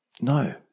No